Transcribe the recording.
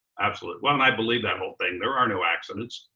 absolutely. well, i believe that whole thing. there are no accidents.